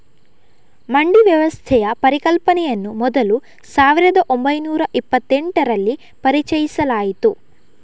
ಮಂಡಿ ವ್ಯವಸ್ಥೆಯ ಪರಿಕಲ್ಪನೆಯನ್ನು ಮೊದಲು ಸಾವಿರದ ಓಂಬೈನೂರ ಇಪ್ಪತ್ತೆಂಟರಲ್ಲಿ ಪರಿಚಯಿಸಲಾಯಿತು